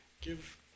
Give